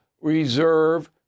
reserve